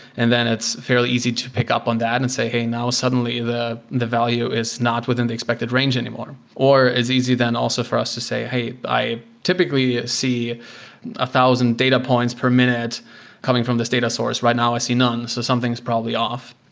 and then it's fairly easy to pick up on that and say, hey, now, suddenly, the the value is not within the expected range anymore, or it's easy then also for us to say, hey, i typically see a thousand data points per minute coming from this data source. right now, i see none. so something's probably off,